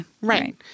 Right